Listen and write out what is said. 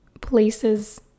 places